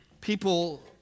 People